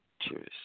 Cheers